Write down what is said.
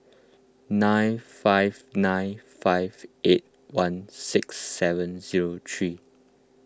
nine five nine five eight one six seven zero three